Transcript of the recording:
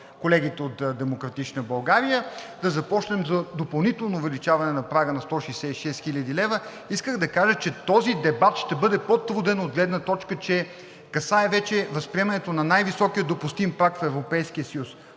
колегите от „Демократична България“, да започнем за допълнително увеличаване на прага на 166 хил. лв., искам да кажа, че този дебат ще бъде по-труден от гледна точка на това, че касае вече възприемането на най-високия допустим праг в Европейския съюз.